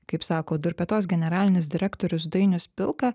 kaip sako durpetos generalinis direktorius dainius pilka